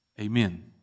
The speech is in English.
Amen